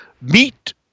meet